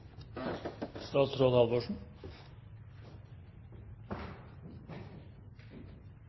statsråd Halvorsen